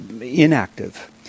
inactive